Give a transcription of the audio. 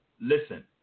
listen